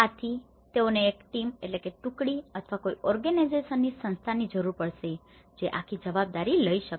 આથી તેઓને એક ટીમ team ટુકડી અથવા કોઈ ઓર્ગેનાઇઝેશનની organization સંસ્થા જરૂર પડશે જે આખી જવાબદારી લઈ શકે